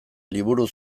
liburu